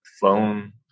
phone